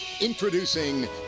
Introducing